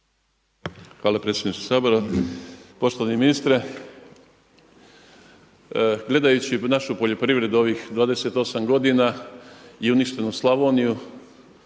Hvala predsjedniče Sabora. Poštovani ministre, gledajući našu poljoprivredu ovih 28 godina i uništenu Slavoniju,